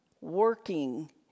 working